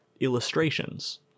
illustrations